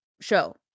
show